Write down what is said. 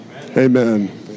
amen